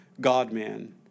God-man